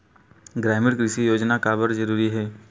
ग्रामीण कृषि योजना काबर जरूरी हे?